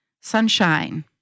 sunshine